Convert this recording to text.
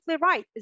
right